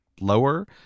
lower